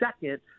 Second